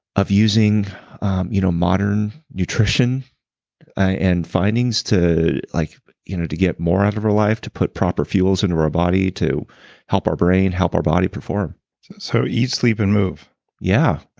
of using you know modern nutrition and findings to like you know to get more out of our life, to put proper fuels and into our body, to help our brain, help our body perform so, eat, sleep, and move yeah.